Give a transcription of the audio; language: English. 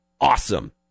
awesome